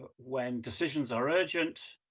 when decisions are urgent,